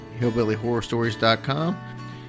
hillbillyhorrorstories.com